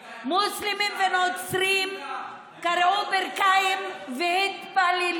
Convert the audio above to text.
הם לא, מוסלמים ונוצרים כרעו על הברכיים והתפללו,